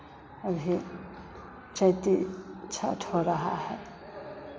अभी चैती छठ हो रहा है